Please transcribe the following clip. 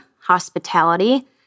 hospitality